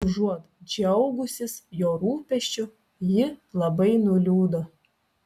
užuot džiaugusis jo rūpesčiu ji labai nuliūdo